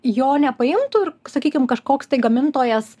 jo nepaimtų ir sakykim kažkoks tai gamintojas